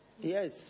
Yes